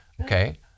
okay